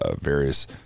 various